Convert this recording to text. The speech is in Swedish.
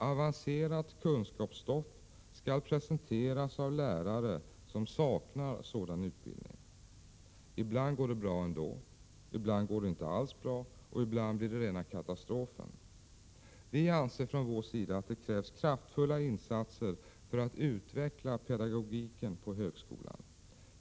Avancerat kunskapsstoff skall presenteras av lärare som saknar sådan utbildning. Ibland går det bra ändå. Ibland går det inte alls bra och ibland blir det rena katastrofen. Vi anser att det krävs kraftfulla insatser för att utveckla pedagogiken på högskolan.